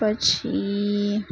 પછી